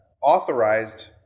authorized